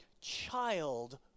child